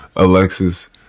Alexis